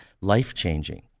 life-changing